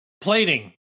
Plating